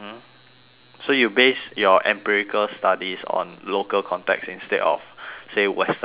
so you base your empirical studies on local context instead of say western context ah